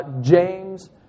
James